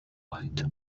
later